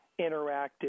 interactive